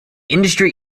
industry